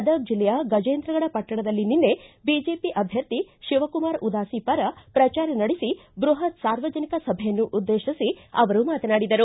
ಗದಗ ಜಿಲ್ಲೆಯ ಗಜೇಂದ್ರಗಡ ಪಟ್ಟಣದಲ್ಲಿ ನಿನ್ನೆ ಬಿಜೆಪಿ ಅಭ್ಯರ್ಥಿ ಶಿವಕುಮಾರ ಉದಾಸಿ ಪರ ಪ್ರಜಾರ ನಡೆಸಿ ಬೃಹತ್ ಸಾರ್ವಜನಿಕ ಸಭೆಯನ್ನು ಉದ್ದೇಶಿಸಿ ಅವರು ಮಾತನಾಡಿದರು